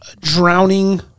drowning